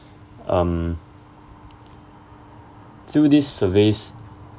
um through these surveys